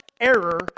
error